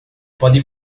pode